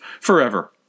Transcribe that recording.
forever